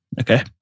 Okay